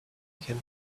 began